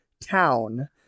town